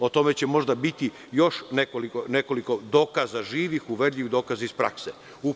O tome će možda biti još nekoliko dokaza živih, ubedljivih dokaza iz prakse.